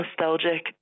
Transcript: nostalgic